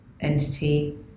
entity